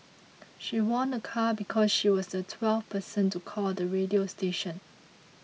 she won a car because she was the twelfth person to call the radio station